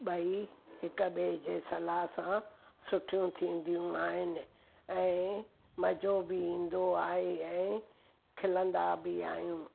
ॿई हिक ॿिए जे सलाह सां सुठियूं थींदियूं आहिनि ऐं मज़ो बि ईंदो आहे ऐं खिलंदा बि आहियूं